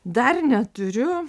dar neturiu